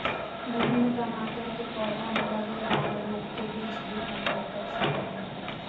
विभिन्न टमाटर के पौधा में लगय वाला रोग के बीच भी अंतर कर सकय हइ